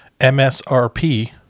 MSRP